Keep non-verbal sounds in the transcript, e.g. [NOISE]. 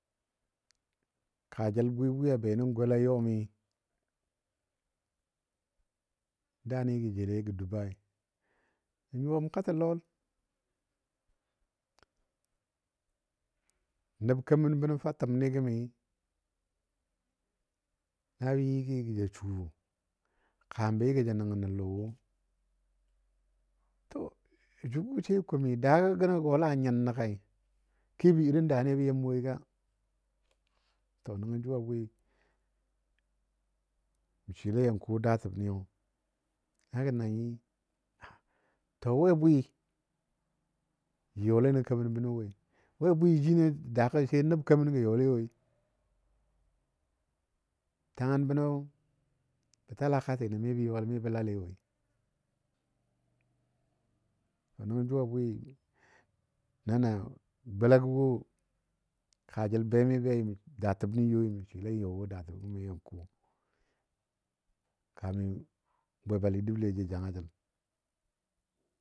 Kaajəl bwi bwi a benən gola yɔmi daani jə joulegɔ Dubai mə nyuwa katɔ lɔl. Neb kemən. bənɔ fa təmmi gəmi ayɨgi gə ja suwo, kambi g;a ji nən lɔ wo. To jʊgɔ sai komi daagɔ gənɔ gɔ la nyin nə kai kebɔ irin daani bə yɨm woi ka. To nəngɔ jʊ a bwi mə swile yɔn. ko daatəbni na gəna nyi [NOISE] To we bwi jə yɔle nən kemən bənɔ woi, we bwi jino daagɔ sai nəb kemən gə yɔle woi, tangən bənɔ bə talakatino mi bə yɔle mi bə lale woi. To nəngɔ jʊ a bwi nana golagɔ wo kaajəl be mi be daatəbni yoi mə swɨle yɔ wo datəbni yɔn ko kamin bwibali dəbəlo jou jangajəl.